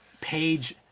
page